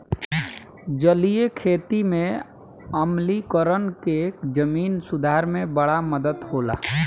जलीय खेती में आम्लीकरण के जमीन सुधार में बड़ा मदद होला